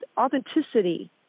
authenticity